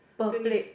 per plate